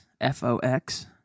F-O-X